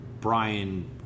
Brian